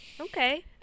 Okay